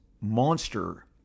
monster